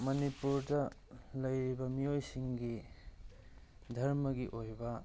ꯃꯅꯤꯄꯨꯔꯗ ꯂꯩꯔꯤꯕ ꯃꯤꯑꯣꯏꯁꯤꯡꯒꯤ ꯗꯔꯃꯒꯤ ꯑꯣꯏꯕ